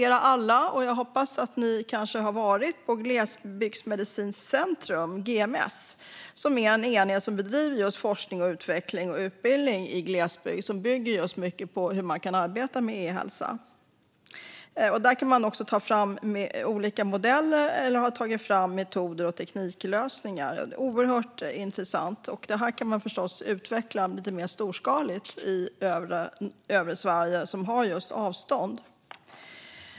Jag hoppas att alla har besökt Glesbygdsmedicinskt centrum, GMC. Det är en enhet som bedriver just forskning, utveckling och utbildning i glesbygd och som bygger mycket på hur man kan arbeta med e-hälsa. Där har man tagit fram modeller, metoder och tekniklösningar. Det är oerhört intressant, och det här kan förstås utvecklas lite mer storskaligt i den övre delen av Sverige där avstånden är långa.